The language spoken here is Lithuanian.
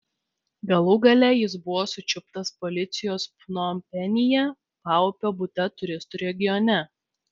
galų gale jis buvo sučiuptas policijos pnompenyje paupio bute turistų regione